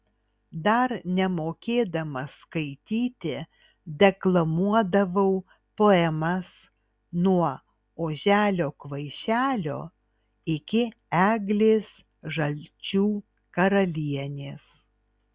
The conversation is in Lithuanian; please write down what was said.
dar nemokėdama skaityti deklamuodavau poemas nuo oželio kvaišelio iki eglės žalčių karalienės